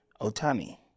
Otani